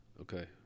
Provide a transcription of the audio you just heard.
okay